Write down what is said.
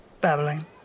babbling